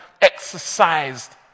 exercised